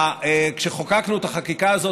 כשחוקקנו את החקיקה הזאת,